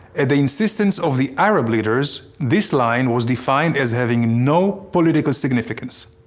at the insistence of the arab leaders, this line was defined as having no political significance.